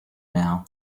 now